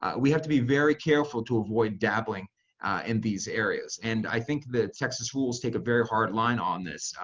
we have to be very careful to avoid dabbling in these areas. and i think the texas rules take a very hard line on this,